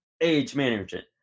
age-management